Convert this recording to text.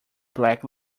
black